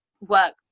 work